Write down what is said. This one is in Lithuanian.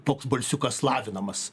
toks balsiukas lavinamas